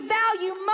value